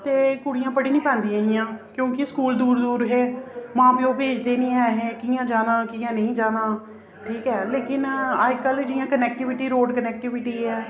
ते कुड़ियां पढ़ी निं पांदियां हियां क्योंकि स्कूल दूर दूर हे मां प्यो भेजदे निं ऐहे कि'यां जाना कि'यां निं जाना ठीक ऐ लेकिन अजकल जि'यां कनैक्टिविटी रोड कनैक्टिविटी ऐ